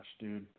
dude